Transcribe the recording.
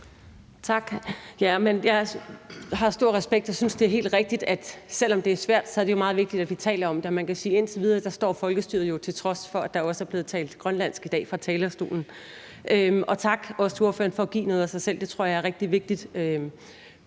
Tak. Jeg har stor respekt og synes, at det er helt rigtigt, at selv om det er svært, er det meget vigtigt, at vi taler om det. Og man kan sige, at indtil videre står folkestyret, til trods for at der også er blevet talt grønlandsk i dag fra talerstolen. Også tak til ordføreren for at give noget af sig selv, det tror jeg i virkeligheden